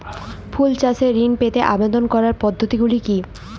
ফুল চাষে ঋণ পেতে আবেদন করার পদ্ধতিগুলি কী?